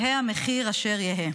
יהא המחיר אשר יהא.